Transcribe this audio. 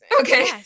Okay